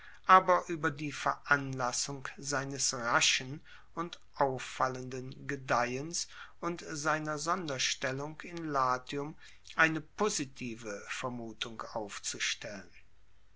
aber ueber die veranlassung seines raschen und auffallenden gedeihens und seiner sonderstellung in latium eine positive vermutung aufzustellen